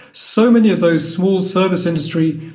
so many of those small service industry,